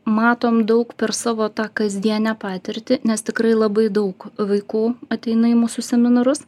matom daug per savo tą kasdienę patirtį nes tikrai labai daug vaikų ateina į mūsų seminarus